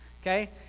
okay